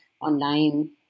online